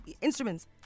instruments